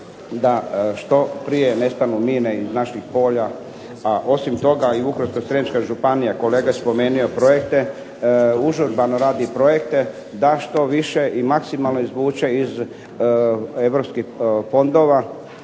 da što prije nestanu mine iz naših polja, a osim toga i Vukovarsko-srijemska županija kolega je spomenuo projekte, užurbano radi projekte da što više i maksimalno izvuče iz europskih fondova